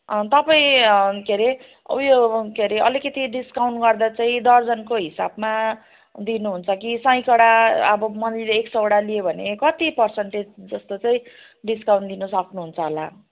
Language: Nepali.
तपाईँ के रे ऊ यो के रे अलिकति डिस्काउन्ट गर्दा चाहिँ दर्जनको हिसाबमा दिनुहुन्छ कि सयकडा अब मैले एक सयवटा लियो भने कति पर्सेन्टेज जस्तो चाहिँ डिस्काउन्ट दिन सक्नुहुन्छ होला